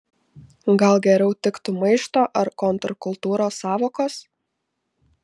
gal geriau tiktų maišto ar kontrkultūros sąvokos